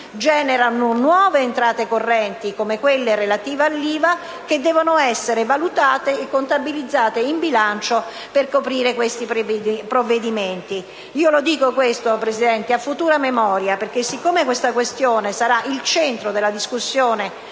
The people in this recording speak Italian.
generano nuove entrate correnti (come quelle relative all'IVA) che devono essere valutate e contabilizzate in bilancio per coprire queste misure. Lo dico, signora Presidente, a futura memoria, perché, siccome tale questione sarà il centro della discussione